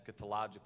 eschatological